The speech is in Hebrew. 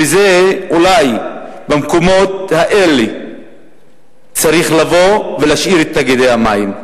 אולי במקומות האלה צריך להשאיר את תאגידי המים.